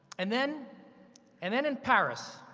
and then and then in paris,